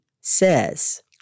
says